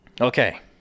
Okay